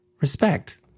respect